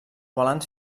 balanç